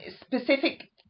Specific